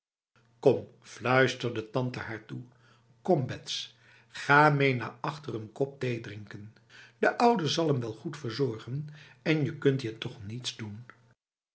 kom fluisterde tante haar toe kom bets ga mee naar achter n kop thee drinken de oude zal hem wel goed verzorgen en je kunt hier toch niets doenf